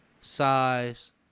size